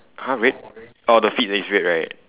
!huh! red oh the feet is red right